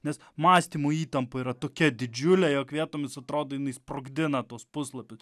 nes mąstymo įtampa yra tokia didžiulė jog vietomis atrodo jinai sprogdina tuos puslapius